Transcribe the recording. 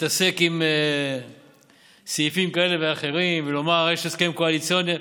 להתעסק עם סעיפים כאלה ואחרים ולומר: יש הסכם קואליציוני.